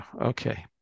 Okay